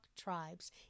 tribes